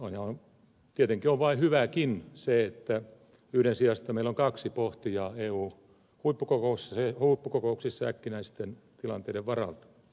tietenkin on vain hyvä että yhden sijasta meillä on kaksi pohtijaa eu huippukokouksissa äkkinäisten tilanteiden varalta